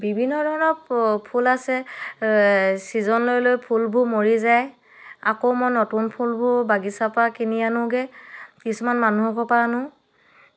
বিভিন্ন ধৰণৰ ফুল আছে ছিজন লৈ লৈ ফুলবোৰ মৰি যায় আকৌ মই নতুন ফুলবোৰ বাগিচাৰ পৰা কিনি আনোগৈ কিছুমান মানুহৰ ঘৰৰ পৰা আনো